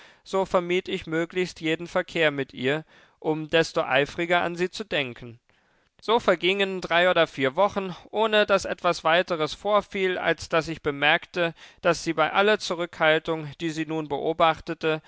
so vermied ich möglichst jeden verkehr mit ihr um desto eifriger an sie zu denken so vergingen drei oder vier wochen ohne daß etwas weiteres vorfiel als daß ich bemerkte daß sie bei aller zurückhaltung die sie nun beobachtete